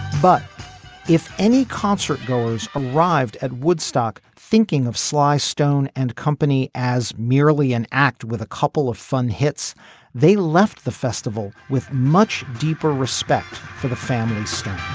but if any concert goers arrived at woodstock thinking of sly stone and company as merely an act with a couple of fun hits they left the festival with much deeper respect for the family so